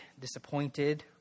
disappointed